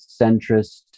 centrist